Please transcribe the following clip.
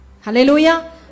Hallelujah